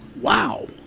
Wow